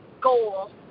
goal